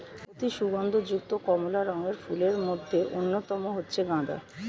অতি সুগন্ধ যুক্ত কমলা রঙের ফুলের মধ্যে অন্যতম হচ্ছে গাঁদা